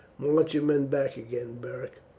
march your men back again, beric.